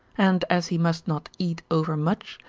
and as he must not eat overmuch,